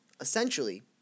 Essentially